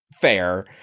fair